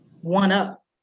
one-up